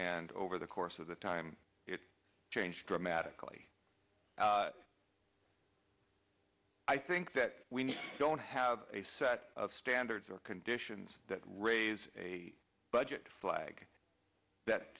and over the course of the time it changed dramatically i think that we don't have a set of standards or conditions that raise a budget flag that